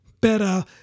better